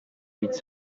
each